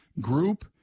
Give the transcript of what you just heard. group